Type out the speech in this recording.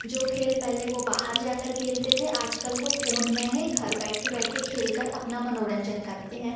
जो खेल पहले वो बाहर जा कर खेलते थे आज कल वो फ़ोन में ही घर बैठे बैठे खेल कर अपना मनोरंजन करते हैं